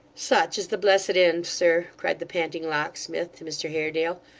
such is the blessed end, sir cried the panting locksmith, to mr haredale,